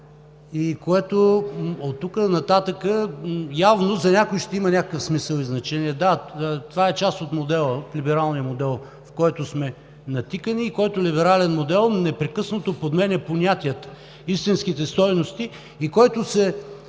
и което оттук нататък явно за някои ще има някакъв смисъл и значение. Да, това е част от либералния модел, в който сме натикани и който либерален модел непрекъснато подменя понятията, истинските стойности, който се